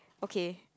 okay